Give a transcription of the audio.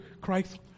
Christ